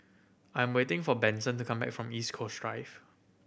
I'm waiting for Benson to come back from East Coast Drive